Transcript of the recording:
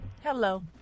Hello